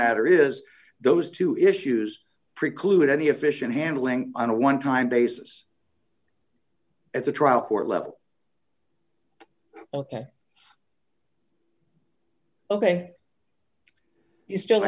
matter is those two issues preclude any efficient handling on a one time basis at the trial court level ok ok you still